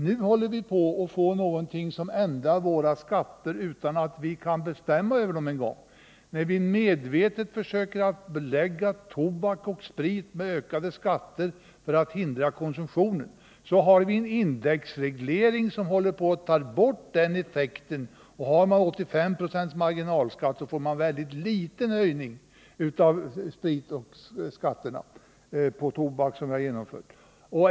Nu håller vi på att få ett system som automatiskt ändrar våra skatter. Vi belägger tobak och sprit med ökade skatter för att på det sättet minska konsumtionen, men sedan tar indexregleringen bort den effekt som vi vill uppnå. För den som har en marginalskatt på 85 2 blir höjningen av skatten på sprit och tobak väldigt liten.